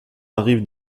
arrivent